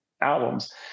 albums